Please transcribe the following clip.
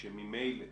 שממילא